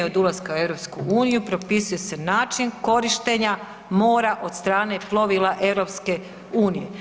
Od ulaska u EU propisuje se način korištenja mora od strane plovila EU.